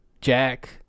Jack